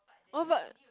oh but